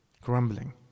Grumbling